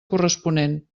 corresponent